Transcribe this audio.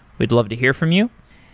we'd love to hear from you.